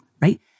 right